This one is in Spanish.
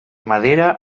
madera